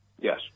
Yes